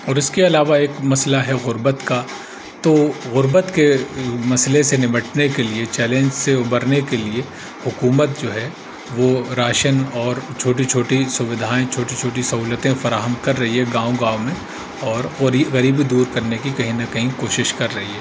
اور اس کے علاوہ ایک مسئلہ ہے غربت کا تو غربت کے مسئلے سے نمٹنے کے لیے چیلنج سے ابھرنے کے لیے حکومت جو ہے وہ راشن اور چھوٹی چھوٹی سویدھائیں چھوٹی چھوٹی سہولتیں فراہم کر رہی ہے گاؤں گاؤں میں اور غریبی دور کرنے کی کہیں نہ کہیں کوشش کر رہی ہے